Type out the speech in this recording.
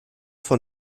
von